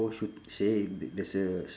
shoot say th~ there's a